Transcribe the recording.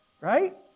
Right